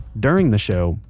during the show,